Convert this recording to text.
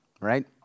right